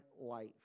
life